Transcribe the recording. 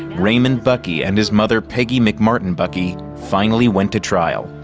raymond buckey and his mother, peggy mcmartin buckey, finally went to trial.